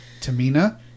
Tamina